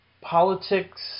politics